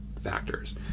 factors